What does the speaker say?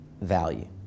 value